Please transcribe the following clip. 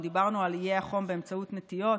אם דיברנו על איי החום באמצעות נטיעות,